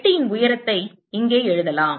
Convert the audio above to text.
பெட்டியின் உயரத்தை இங்கே எழுதலாம்